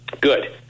Good